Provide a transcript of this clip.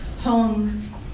home